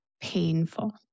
painful